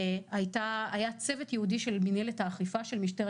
היה צוות ייעודי של מנהלת האכיפה של משטרת